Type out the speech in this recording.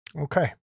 okay